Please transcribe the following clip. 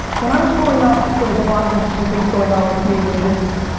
when i was growing up, there was a lot of interesting things going on with me, which is,